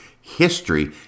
history